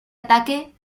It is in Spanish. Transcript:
ataque